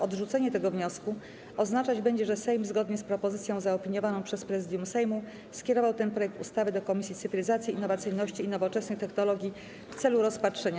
Odrzucenie tego wniosku oznaczać będzie, że Sejm, zgodnie z propozycją zaopiniowaną przez Prezydium Sejmu, skierował ten projekt ustawy do Komisji Cyfryzacji, Innowacyjności i Nowoczesnych Technologii w celu rozpatrzenia.